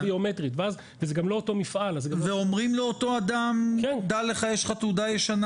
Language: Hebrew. אומרים לאותו אדם שיש לו תעודה ישנה